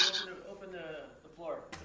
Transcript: open the ah floor.